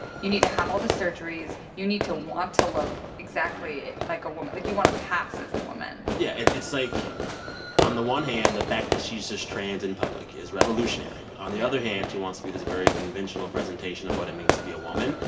you need to have all the surgeries. you need to want to look exactly like a woman like, you want to pass as a woman yeah, it's like on the one hand, the fact that she's just trans in public is revolutionary. but on the other hand, she wants to be this very conventional presentation of what it means to be a woman.